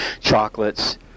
Chocolates